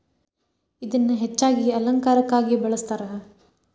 ಇದನ್ನಾ ಹೆಚ್ಚಾಗಿ ಅಲಂಕಾರಕ್ಕಾಗಿ ಬಳ್ಸತಾರ